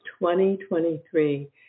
2023